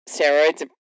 steroids